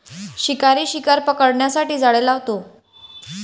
शिकारी शिकार पकडण्यासाठी जाळे लावतो